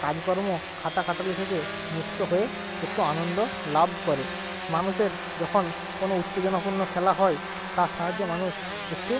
কাজকর্ম খাটা খাটনি থেকে মুক্ত হয়ে একটু আনন্দ লাভ করে মানুষের যখন কোনো উত্তেজনাপূর্ণ খেলা হয় তার সাহায্যে মানুষ একটু